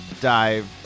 dive